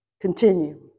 continue